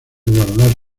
guardar